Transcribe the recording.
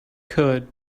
could